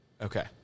Okay